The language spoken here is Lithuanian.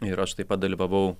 ir aš taip pat dalyvavau